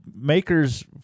Makers